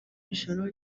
ijoro